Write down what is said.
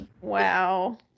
Wow